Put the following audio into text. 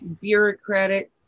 bureaucratic